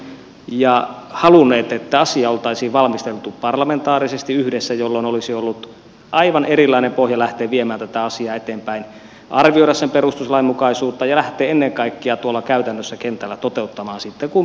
me olemme aina vedonneet ja halunneet että asiaa oltaisiin valmisteltu parlamentaarisesti yhdessä jolloin olisi ollut aivan erilainen pohja lähteä viemään tätä asiaa eteenpäin arvioida sen perustuslainmukaisuutta ja lähteä ennen kaikkea käytännössä kentällä toteuttamaan sitten kun päätöksiä tulee